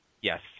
Yes